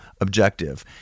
objective